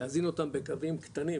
להזין אותם בקווים קטנים,